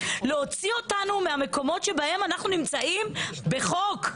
להוציא אותנו מהמקומות שבהם אנחנו נמצאים בחוק.